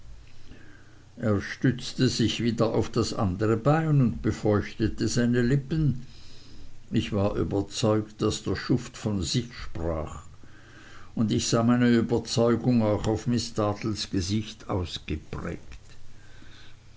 er stützte sich wieder auf das andere bein und befeuchtete seine lippen ich war überzeugt daß der schuft von sich sprach und ich sah meine überzeugung auch auf miß dartles gesicht ausgeprägt